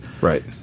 right